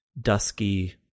dusky